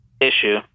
issue